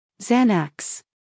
Xanax